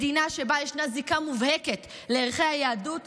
מדינה שבה ישנה זיקה מובהקת לערכי היהדות,